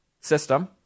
system